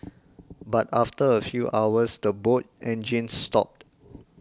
but after a few hours the boat engines stopped